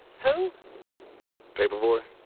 who paperboard